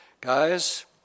Guys